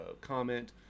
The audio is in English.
comment